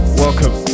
welcome